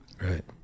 Right